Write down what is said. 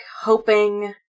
hoping